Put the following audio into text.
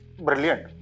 brilliant